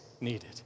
needed